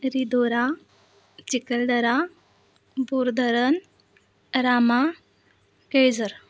रिदोरा चिखलदरा बोर धरण रामा केळझर